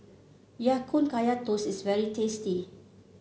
Ya Kun Kaya Toast is very tasty